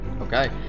Okay